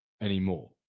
anymore